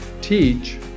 teach